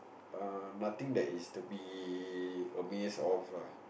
err nothing that is to be amazed of ah